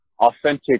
authentic